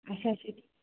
اَچھا اَچھا